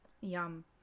yum